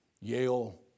Yale